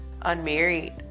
unmarried